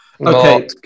Okay